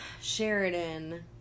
Sheridan